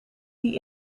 die